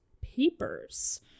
Papers